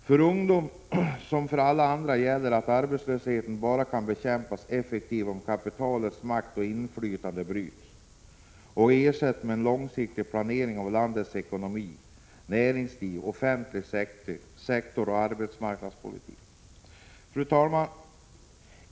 För ungdomen, som för alla andra, gäller att arbetslösheten kan bekämpas effektivt bara om kapitalets makt och inflytande bryts och ersätts med en långsiktig planering av landets ekonomi, näringsliv, offentlig sektor och arbetsmarknadspolitik. Fru talman!